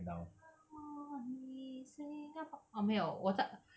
count on me singapore orh 没有我在